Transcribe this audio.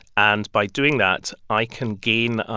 and by doing that, i can gain